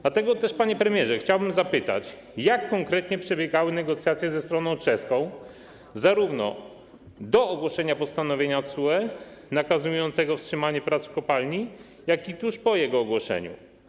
Dlatego też, panie premierze, chciałbym zapytać: Jak konkretnie przebiegały negocjacje ze stroną czeską, zarówno do czasu ogłoszenia postanowienia TSUE nakazującego wstrzymanie prac w kopalni, jak i tuż po jego ogłoszeniu?